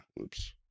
Oops